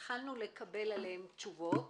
שהתחלנו לקבל עליהן תשובות,